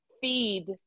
feed